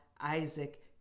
Isaac